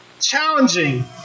challenging